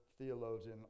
theologian